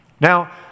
Now